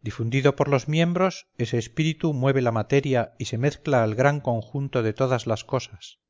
difundido por los miembros ese espíritu mueve la materia y se mezcla al gran conjunto de todas las cosas